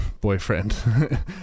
boyfriend